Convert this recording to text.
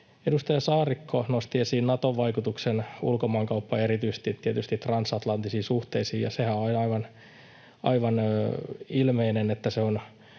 Edustaja Saarikko nosti esiin Naton vaikutuksen ulkomaankauppaan ja erityisesti tietysti transatlanttisiin suhteisiin. Sehän on aivan ilmeinen, että nämä